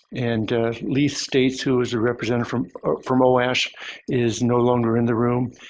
and leith states who is a representative from from oash is no longer in the room.